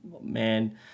man